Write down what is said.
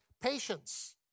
patience